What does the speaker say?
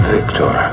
Victor